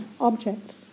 objects